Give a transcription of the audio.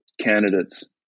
candidates